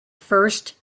first